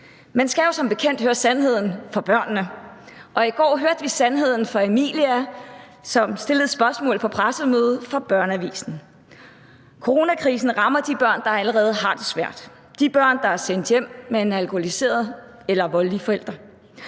Man skal jo som bekendt høre sandheden fra børnene, og i går hørte vi sandheden fra Emilia, som stillede et spørgsmål på pressemødet for Børneavisen. Coronakrisen rammer de børn, der allerede har det svært. Det er de børn, der er sendt hjem til en alkoholiseret eller voldelig forælder,